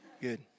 Good